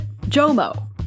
JOMO